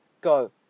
go